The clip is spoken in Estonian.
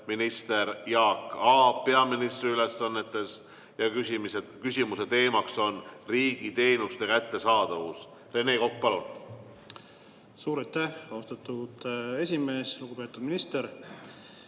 minister Jaak Aab peaministri ülesannetes. Küsimuse teema on riigiteenuste kättesaadavus. Rene Kokk, palun! Suur aitäh, austatud esimees! Lugupeetud minister,